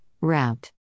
route